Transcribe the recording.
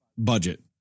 budget